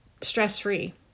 stress-free